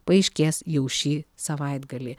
paaiškės jau šį savaitgalį